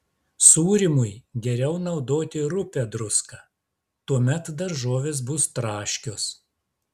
sūrymui geriau naudoti rupią druską tuomet daržovės bus traškios